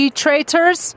traitors